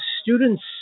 students